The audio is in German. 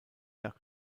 nach